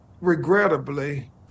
Regrettably